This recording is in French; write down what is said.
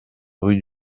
rue